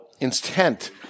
intent